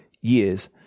years